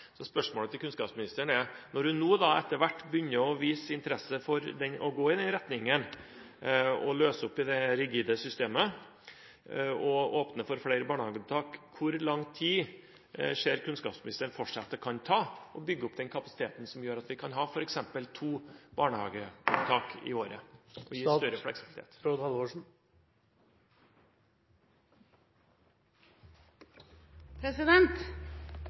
Spørsmålet til kunnskapsministeren er: Når hun nå etter hvert begynner å vise interesse for å gå i retning av å løse opp i det rigide systemet og åpne for flere barnehageopptak, hvor lang tid ser hun for seg at det kan ta å bygge opp den kapasiteten som gjør at vi kan ha f.eks. to barnehageopptak i året – noe som gir større fleksibilitet?